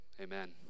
Amen